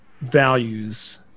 values